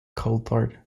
coulthard